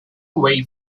way